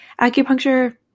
acupuncture